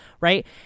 Right